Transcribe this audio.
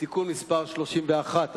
(תיקון מס' 31),